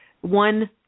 one